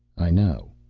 i know.